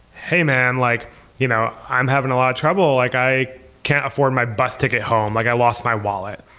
hey, man. like you know i'm having a lot of trouble. like i can't afford my bus ticket home. like i lost my wallet.